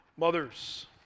Mothers